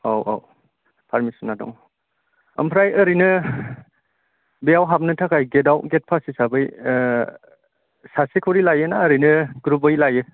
औ औ फारमिसना दं ओमफ्राय ओरैनो बेयाव हाबनो थाखाय गेटआव गेट फास हिसाबै ओह सासे खरि लायो ना ओरैनो ग्रुबै लायो